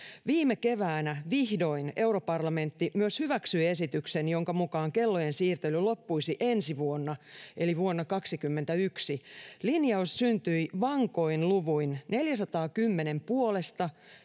viime keväänä vihdoin europarlamentti myös hyväksyi esityksen jonka mukaan kellojen siirtely loppuisi ensi vuonna eli vuonna kaksikymmentäyksi linjaus syntyi vankoin luvuin neljäsataakymmentä puolesta